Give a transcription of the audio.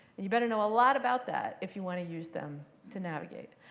and you better know a lot about that if you want to use them to navigate.